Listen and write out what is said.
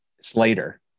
Slater